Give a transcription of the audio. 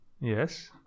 Yes